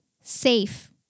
safe